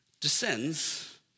descends